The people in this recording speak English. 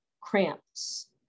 cramps